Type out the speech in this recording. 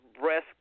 breast